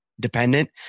Dependent